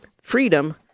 Freedom